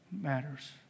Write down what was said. matters